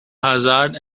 hazard